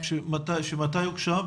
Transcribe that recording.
מתי הוגשו?